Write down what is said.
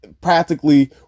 practically